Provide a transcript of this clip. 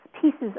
pieces